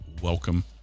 welcome